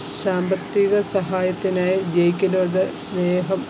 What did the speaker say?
സാമ്പത്തിക സഹായത്തിനായി ജെയ്ക്കിനോട് സ്നേഹം